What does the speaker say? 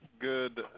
Good